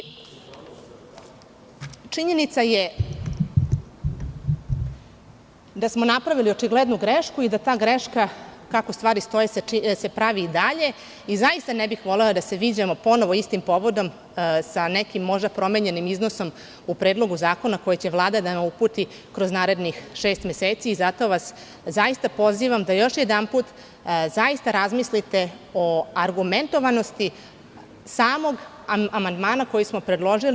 Činjenica je da smo napravili očiglednu grešku i da ta greška kako stvari stoje se pravi i dalje i zaista ne bih volela da se viđamo ponovo istim povodom sa nekim možda promenjenim iznosom u Predlogu zakona koji će Vlada da nam uputi kroz narednih šest meseci i zato vas zaista pozivam da još jedanput razmislite o argumentovanosti samog amandmana koji smo predložili.